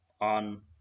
on